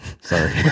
Sorry